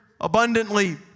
abundantly